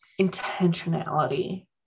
intentionality